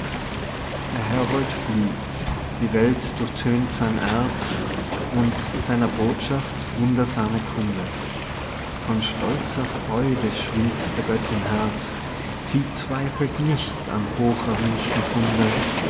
der herold fliegt die welt durchtönt sein erz und seiner botschaft wundersame kunde von stolzer freude schwillt der göttin herz sie zweifelt nicht am hocherwünschten funde